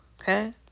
Okay